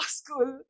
school